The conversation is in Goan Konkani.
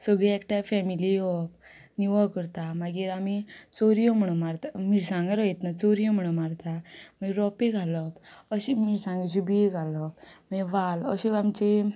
सगळीं एकठांय फॅमिली येवप निवळ करता मागीर आमी चरयो म्हण मारता मिरसांग रोयतना चुरयो म्हण मारता मागीर रोपे घालप अशी मिरसांगेची बीं घालप मागीर वाल अशी आमची